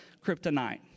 kryptonite